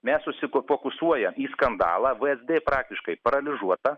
mes susifokusuoja į skandalą vsd praktiškai paralyžiuota